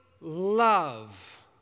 love